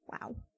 wow